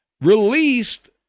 released